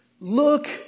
Look